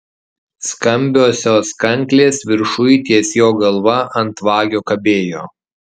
skambiosios kanklės viršuj ties jo galva ant vagio kabėjo